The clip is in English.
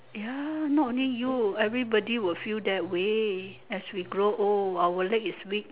ya not only you everybody will feel that way as we grow old our leg is weak